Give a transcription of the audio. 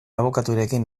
abokaturekin